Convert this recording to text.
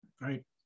right